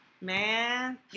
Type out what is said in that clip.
man